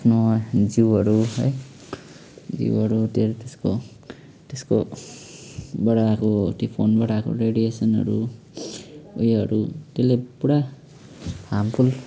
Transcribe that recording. आफ्नो जिउहरू है जिउहरूतिर त्यसको त्यसको बाट आएको त्यो फोनबाट आएको रेडिएसनहरू उयोहरू त्यसले पुरा हार्मफुल